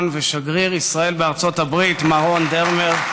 ושגריר ישראל בארצות הברית מר רון דרמר,